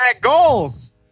goals